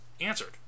answered